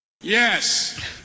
Yes